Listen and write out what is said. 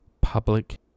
public